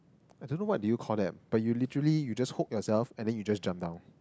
I don't know what do you call that but you literally you just hook yourself and then you just jump down